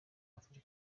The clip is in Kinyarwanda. africa